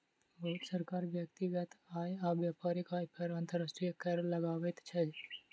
बहुत सरकार व्यक्तिगत आय आ व्यापारिक आय पर अंतर्राष्ट्रीय कर लगबैत अछि